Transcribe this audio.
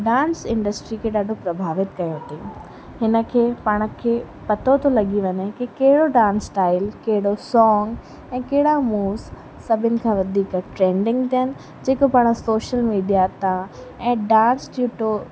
dance industry खे ॾाढो प्रभावित कयो ताईं हिन खे पाण खे पतो थो लॻी वञे की कहिड़ो डांस स्टाइल कहिड़ो सॉन्ग ऐं कहिड़ा मूव्स सभिनि खां वधीक ट्रैंडिंग ते आहिनि जेका पाण सोशल मीडिया हितां ऐं डांस ट्यूटो